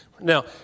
Now